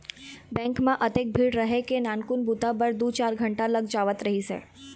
bank म अतेक भीड़ रहय के नानकुन बूता बर दू चार घंटा लग जावत रहिस हे